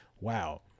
wow